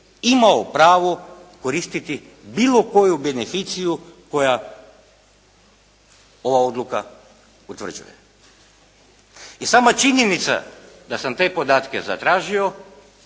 imao pravo koristiti bilo koju beneficiju koja ova odluka utvrđuje. I sama činjenica da sam te podatke zatražio